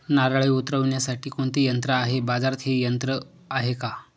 नारळे उतरविण्यासाठी कोणते यंत्र आहे? बाजारात हे यंत्र आहे का?